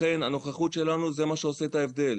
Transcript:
לכן, הנוכחות שלנו זה מה שעושה את ההבדל.